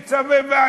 וצווי,